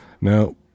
Now